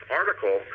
article